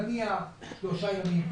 נניח שלושה ימים,